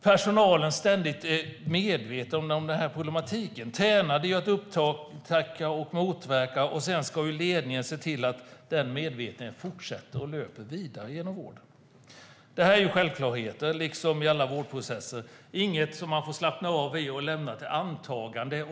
Personalen är ständigt medveten om problematiken. De är tränade i att upptäcka och motverka, och sedan ska ledningen se till att denna medvetenhet fortsätter och löper vidare genom vården. Detta är självklarheter i alla vårdprocesser. Det är inget där man kan slappna av och lämna till antaganden.